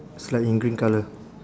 it's like in green colour